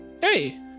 Hey